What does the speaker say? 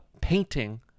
painting